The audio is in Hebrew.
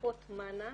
בלשכות שלנו,